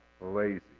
lazy